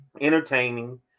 entertaining